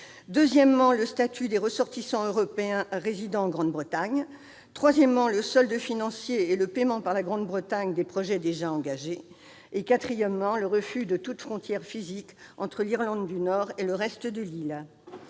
le statut des ressortissants européens résidant en Grande-Bretagne ; troisièmement, le solde financier et le paiement par la Grande-Bretagne des projets déjà engagés ; quatrièmement, et enfin, le refus de toute frontière physique entre l'Irlande du Nord et le reste de l'île.